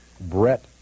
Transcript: brett